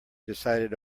decided